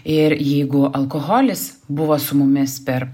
ir jeigu alkoholis buvo su mumis per